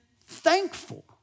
thankful